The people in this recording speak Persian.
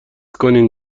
کنین